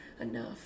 enough